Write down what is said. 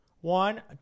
One